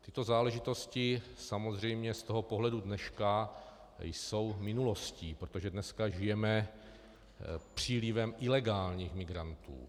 Tyto záležitosti samozřejmě z pohledu dneška jsou minulostí, protože dneska žijeme přílivem ilegálních migrantů.